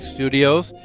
Studios